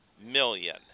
Million